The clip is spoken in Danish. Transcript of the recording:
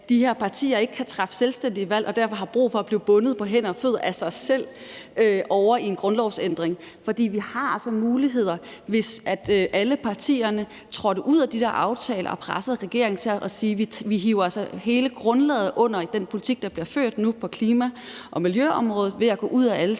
de her partier ikke kan træffe selvstændige valg og derfor har brug for at blive bundet på hænder og fødder af sig selv i en grundlovsændring. For vi har altså muligheder, hvis alle partierne trådte ud af de der aftaler og pressede regeringen ved at sige, at vi altså hiver hele grundlaget under den politik, der bliver ført nu, på klima- og miljøområdet væk ved at gå ud af